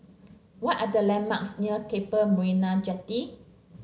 what are the landmarks near Keppel Marina Jetty